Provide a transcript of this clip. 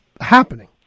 happening